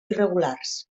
irregulars